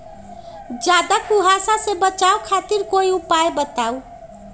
ज्यादा कुहासा से बचाव खातिर कोई उपाय बताऊ?